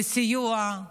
לסיוע.